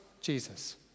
jesus